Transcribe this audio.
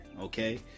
okay